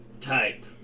type